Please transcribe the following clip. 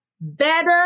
better